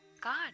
God